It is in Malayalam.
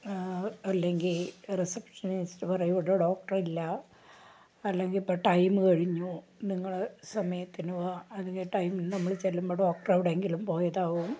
അല്ലെങ്കിൽ റിസപ്ഷനിസ്റ്റ് പറയും ഇവിടെ ഡോക്ടർ ഇല്ല അല്ലെങ്കിൽ ഇപ്പോൾ ടൈം കഴിഞ്ഞു നിങ്ങൾ സമയത്തിന് വാ അതേ ടൈമിൽ നമ്മൾ ചെല്ലുമ്പോൾ ഡോക്ടർ എവിടെയെങ്കിലും പോയതാവും